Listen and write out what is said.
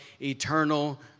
eternal